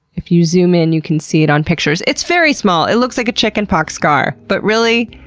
if you zoom in, you can see it on pictures. it's very small. it looks like a chicken pox scar, but really,